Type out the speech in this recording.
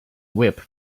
whip